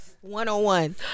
One-on-one